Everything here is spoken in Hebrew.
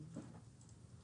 בשם החברה.